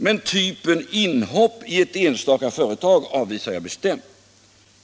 Men typen inhopp i ett enstaka företag avvisar jag bestämt.